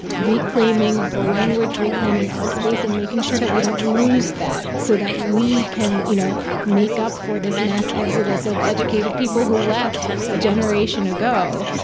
reclaiming the language, reclaiming our space, and making sure that we don't lose that so that we can you know make up for this mass exodus of educated people who left a generation ago,